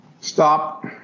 Stop